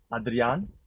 Adrian